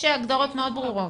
יש הגדרות מאוד ברורות.